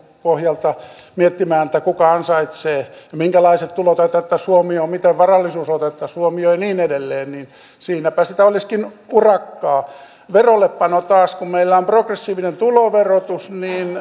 pohjalta miettimään kuka ansaitsee ja minkälaiset tulot otettaisiin huomioon ja miten varallisuus otettaisiin huomioon ja niin edelleen siinäpä sitä olisikin urakkaa verollepano taas kun meillä on progressiivinen tuloverotus